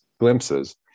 glimpses